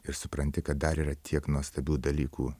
ir supranti kad dar yra tiek nuostabių dalykų